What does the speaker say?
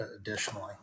additionally